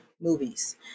movies